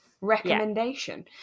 recommendation